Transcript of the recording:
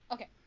Okay